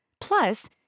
Plus